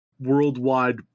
worldwide